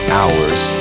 hours